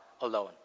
alone